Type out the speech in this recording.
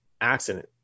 accident